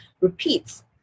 repeats